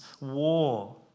war